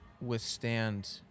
withstand